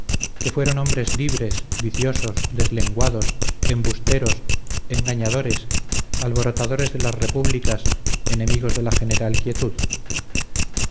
que fueron hombres libres viciosos deslenguados embusteros engañadores alborotadores de las repúblicas enemigos de la general quietud